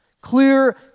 Clear